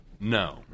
No